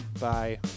Bye